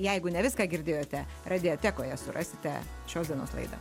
jeigu ne viską girdėjote radiatekoje surasite šios dienos laidą